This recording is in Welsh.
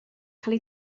cael